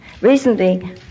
Recently